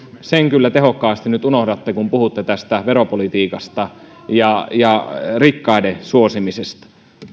sen kyllä tehokkaasti nyt unohdatte kun puhutte tästä veropolitiikasta ja ja rikkaiden suosimisesta